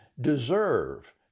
deserve